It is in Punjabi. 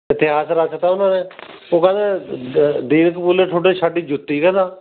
ਇਤਿਹਾਸ ਰਚ ਤਾ ਉਹਨਾਂ ਨੇ ਉਹ ਕਹਿੰਦੇ ਦੀਨ ਕਬੂਲੇ ਤੁਹਾਡੇ ਸਾਡੀ ਜੁੱਤੀ ਕਹਿੰਦਾ